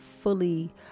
fully